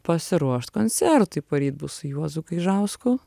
pasiruošt koncertui poryt bus su juozu gaižausku